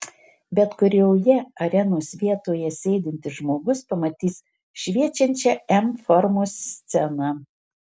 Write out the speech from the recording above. bet kurioje arenos vietoje sėdintis žmogus pamatys šviečiančią m formos sceną